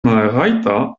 malrajta